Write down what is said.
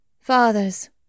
Fathers